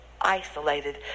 isolated